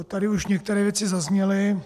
Tady už některé věci zazněly.